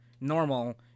normal